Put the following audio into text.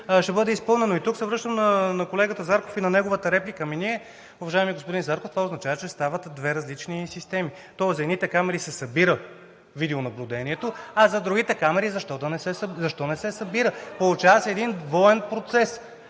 ще бъде изпълнено. Тук се връщам на колегата Зарков и на неговата реплика. Уважаеми господин Зарков, това означава, че стават две различни системи. Тоест за едните камери се събира видеонаблюдението, а за другите камери защо не се събира? Получава се един двоен процес,